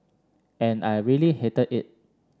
and I really hated it